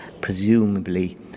presumably